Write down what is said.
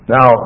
Now